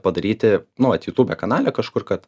padaryti nu vat jutūbe kanale kažkur kad